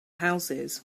houses